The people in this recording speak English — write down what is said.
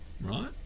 right